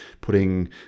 putting